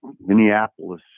Minneapolis